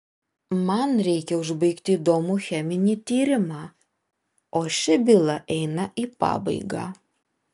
man reikia užbaigti įdomų cheminį tyrimą o ši byla eina į pabaigą